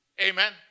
Amen